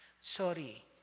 Sorry